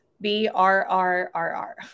B-R-R-R-R